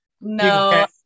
No